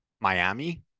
Miami